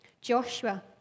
Joshua